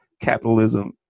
capitalism